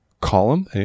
column